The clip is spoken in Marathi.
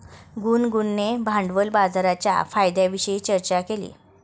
गुनगुनने भांडवल बाजाराच्या फायद्यांविषयी चर्चा केली